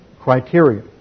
criteria